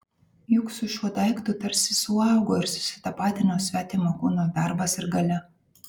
juk su šiuo daiktu tarsi suaugo ir susitapatino svetimo kūno darbas ir galia